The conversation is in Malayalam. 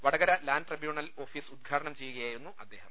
വടകര ലാൻഡ് ട്രൈബ്യൂണൽ ഓഫീസ് ഉദ് ഘാടനം ചെയ്യുകയായിരുന്നു അദ്ദേഹം